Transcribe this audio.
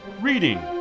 Reading